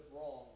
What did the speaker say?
wrong